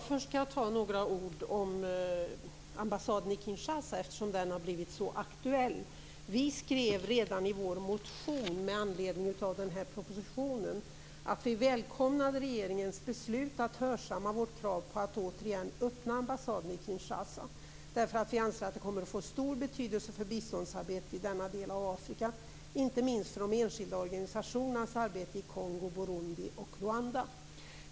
Herr talman! Först några ord om ambassaden i Kinshasa eftersom frågan har blivit så aktuell. Vi skrev redan i vår motion med anledning av propositionen att vi välkomnade regeringens beslut att hörsamma vårt krav på att åter öppna ambassaden i Kinshasa. Vi anser att det kommer att få stor betydelse för biståndsarbetet i den delen av Afrika, inte minst för de enskilda organisationernas arbete i Kongo, Burundi och Rwanda.